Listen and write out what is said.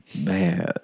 Man